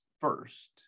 first